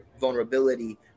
vulnerability